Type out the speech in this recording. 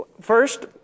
first